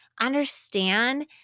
understand